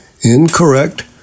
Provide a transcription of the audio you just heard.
incorrect